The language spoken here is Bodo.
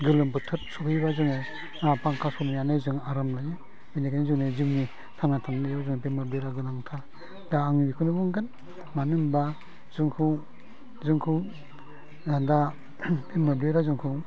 गोलोम बोथोर सफैबा जोङो फांखा सालायनानै जों आराम मोनो बेनिखायनो जोंनो जोंनि थांना थानायाव जों बे मोब्लिबा गोनांथार दा आं बेखौनो बुंगोन मानो होमबा जोंखौ दा बे मोब्लिबा जोंखौ